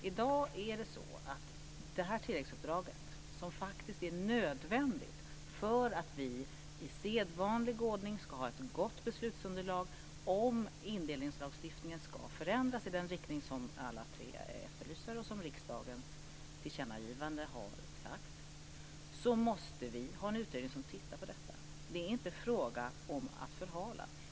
I dag är det så att det här tilläggsuppdraget, som faktiskt är nödvändigt för att vi i sedvanlig ordning ska ha ett gott beslutsunderlag om indelningslagstiftningen ska förändras i den riktning som ni alla tre efterlyser och som riksdagens tillkännagivande har sagt, kommer sig av att vi måste ha en utredning som tittar på detta. Det är inte fråga om att förhala.